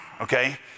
okay